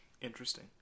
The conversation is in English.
Interesting